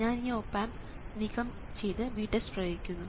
ഞാൻ ഈ op amp നീക്കംചെയ്ത് VTEST പ്രയോഗിക്കുന്നു